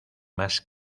más